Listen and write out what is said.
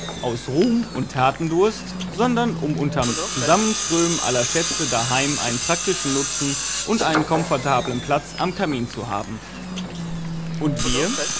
aus ruhm und tatendurst sondern um unterm zusammenströmen aller schätze daheim einen praktischen nutzen und einen komfortablen platz am kamin zu haben und wir